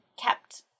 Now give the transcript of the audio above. kept